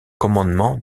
commandement